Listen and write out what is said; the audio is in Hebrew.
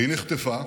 והיא נחטפה